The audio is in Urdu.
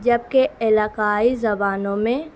جبکہ علاقائی زبانوں میں